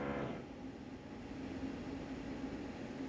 mm